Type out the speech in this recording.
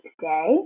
today